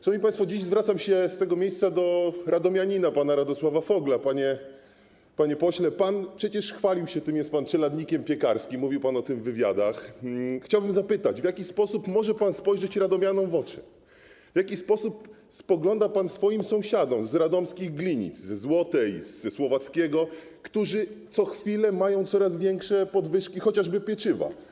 Szanowni państwo, dzisiaj zwracam się z tego miejsca do radomianina, pana Radosława Fogla: panie pośle - pan przecież chwalił się tym, że jest pan czeladnikiem piekarskim, mówił pan o tym w wywiadach - chciałbym zapytać, w jakiś sposób może pan spojrzeć radomianom w oczy, w jaki sposób spogląda pan w oczy swoim sąsiadom z radomskich Glinic, z ul. Złotej, z ul. Słowackiego, którzy co chwilę mają coraz większe podwyżki chociażby cen pieczywa.